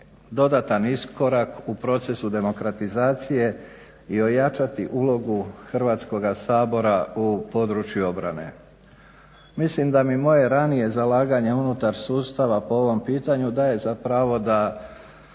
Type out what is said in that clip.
dodatan iskorak u procesu demokratizacije i ojačati ulogu Hrvatskog sabora u području obrane. Mislim da mi moje ranije zalaganje unutar sustava po ovom pitanju daje za pravo da